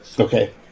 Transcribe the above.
Okay